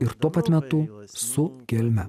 ir tuo pat metu su gelme